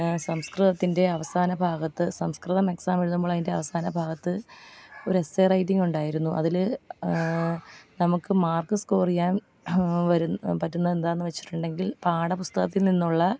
സംസ്കൃതത്തിൻ്റെ അവസാന ഭാഗത്ത് സംസ്കൃതം എക്സാം എഴുതുമ്പോൾ അതിൻ്റെ അവസാന ഭാഗത്ത് ഒരു എസ്സേ റൈറ്റിങ് ഉണ്ടായിരുന്നു അതിൽ നമുക്ക് മാർക്ക് സ്കോർ ചെയ്യാൻ വരുന്ന പറ്റുന്നത് എന്താണെ ന്ന് വച്ചിട്ടുണ്ടെങ്കിൽ പാഠപുസ്തകത്തിൽ നിന്നുള്ള